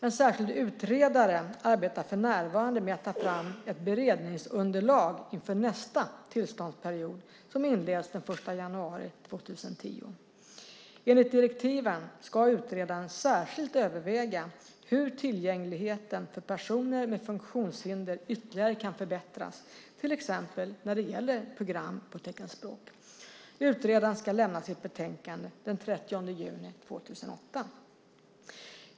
En särskild utredare arbetar för närvarande med att ta fram ett beredningsunderlag inför nästa tillståndsperiod, som inleds den 1 januari 2010. Enligt direktiven ska utredaren särskilt överväga hur tillgängligheten för personer med funktionshinder ytterligare kan förbättras, till exempel när det gäller program på teckenspråk. Utredaren ska lämna sitt betänkande den 30 juni 2008.